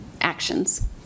actions